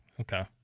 Okay